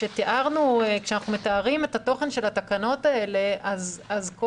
כשאנחנו מתארים את התוכן של התקנות האלה אז כל